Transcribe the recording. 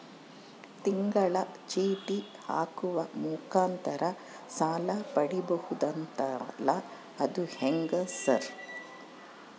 ತಿಂಗಳ ಚೇಟಿ ಹಾಕುವ ಮುಖಾಂತರ ಸಾಲ ಪಡಿಬಹುದಂತಲ ಅದು ಹೆಂಗ ಸರ್?